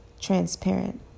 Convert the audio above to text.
transparent